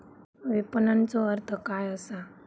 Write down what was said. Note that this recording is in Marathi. विपणनचो अर्थ काय असा?